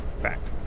fact